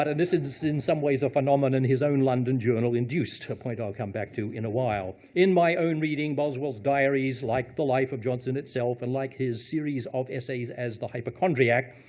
ah this instance, in someways a phenomenon, his own london journal induced point i'll come back to in a while. in my own reading, boswell's diaries, like the life of johnson, itself, and like his series of essays as the hypochondriac,